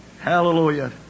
Hallelujah